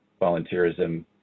volunteerism